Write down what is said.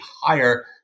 higher